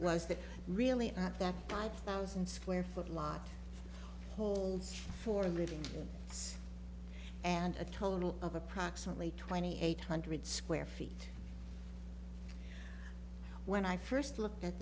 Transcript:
the really not that five thousand square foot lot holds for living it's and a total of approximately twenty eight hundred square feet when i first looked at